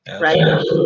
right